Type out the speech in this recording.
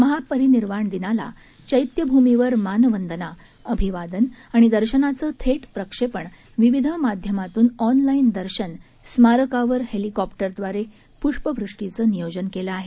महापरिनिर्वाण दिनाला चैत्यभूमीवर मानवंदना अभिवादन आणि दर्शनाचं थेट प्रक्षेपण विविध माध्यमातून ऑनलाईन दर्शन स्मारकावर हेलिकॉप्टरदवारे पृष्पवृष्टीचं नियोजन केलं आहे